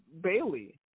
Bailey